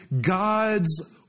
God's